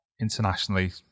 internationally